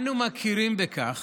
אנו מכירים בכך